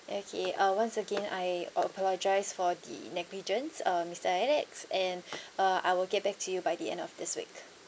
okay uh once again I apologise for the negligence uh mister alex and uh I will get back to you by the end of this week